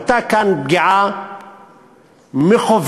הייתה כאן פגיעה מכוונת,